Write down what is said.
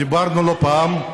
דיברנו לא פעם,